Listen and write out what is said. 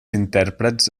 intèrprets